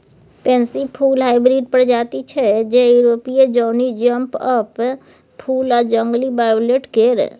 pansy फुल hybrid प्रजाति छै जे युरोपीय जौनी जंप अप फुल आ जंगली वायोलेट केर